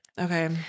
Okay